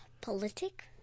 Politic